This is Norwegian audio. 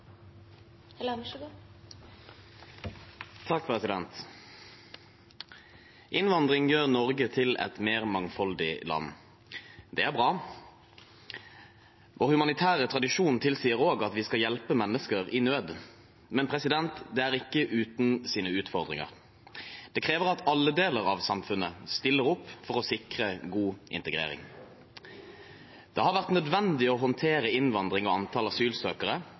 bra. Vår humanitære tradisjon tilsier også at vi skal hjelpe mennesker i nød, men det er ikke uten utfordringer. Det krever at alle deler av samfunnet stiller opp for å sikre god integrering. Det har vært nødvendig å håndtere innvandring og antall asylsøkere,